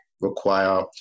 require